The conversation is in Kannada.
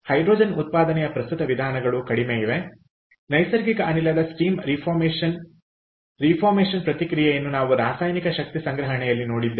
ಹೈಡ್ರೋಜನ್ ಉತ್ಪಾದನೆಯ ಪ್ರಸ್ತುತ ವಿಧಾನಗಳು ಕಡಿಮೆ ನೈಸರ್ಗಿಕ ಅನಿಲದ ಸ್ಟೀಮ್ ರೀಫಾರ್ಮೇಷನ್ ರೀಫಾರ್ಮೇಷನ್ ಪ್ರತಿಕ್ರಿಯೆಯನ್ನು ನಾವು ರಾಸಾಯನಿಕ ಶಕ್ತಿ ಸಂಗ್ರಹಣೆಯಲ್ಲಿ ನೋಡಿದ್ದೇವೆ